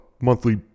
monthly